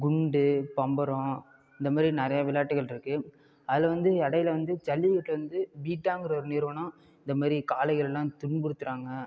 குண்டு பம்பரம் இந்தமாரி நிறைய விளையாட்டுகளிருக்கு அதில் வந்து இடையில வந்து ஜல்லிக்கட்டு வந்து பீட்டாங்கிற ஒரு நிறுவனம் இந்தமாரி காளைகள்லாம் துன்புறுத்துகிறாங்க